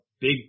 big